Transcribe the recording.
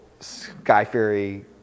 sky-fairy